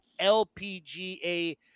LPGA